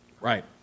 Right